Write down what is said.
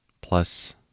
plus